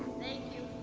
thank you